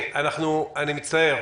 אני מצטער,